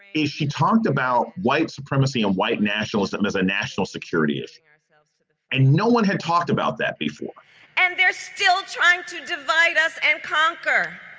is she talked about white supremacy and white nationalism as a national security issue. and no one had talked about that before and they're still trying to divide us and conquer.